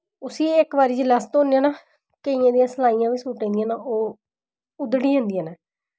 उस्सी इक बार जिसलै अस धोन्ने ना केइयें दियां सलाइयां गै ना सूटें दियां ना ओह् उधड्ढी जंदियां न